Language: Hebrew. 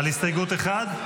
על הסתייגות 1?